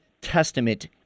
Testament